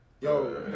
Yo